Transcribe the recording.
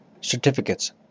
certificates